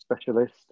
specialist